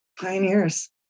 Pioneers